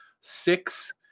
six